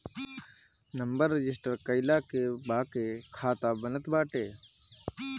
number register कईला के बाके खाता बनत बाटे